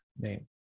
name